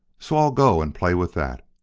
so i'll go and play with that.